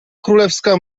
królewska